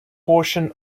portion